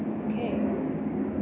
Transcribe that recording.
okay